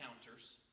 encounters